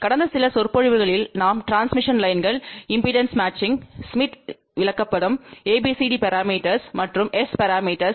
கடந்த சில சொற்பொழிவுகளில் நாம் டிரான்ஸ்மிஷன்க் லைன்கள் Transmission line impedance matching Smith விளக்கப்படம் ABCD பரமீட்டர்ஸ் மற்றும் S பரமீட்டர்ஸ்